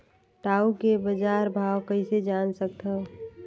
टाऊ के बजार भाव कइसे जान सकथव?